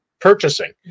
purchasing